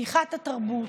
פתיחת התרבות,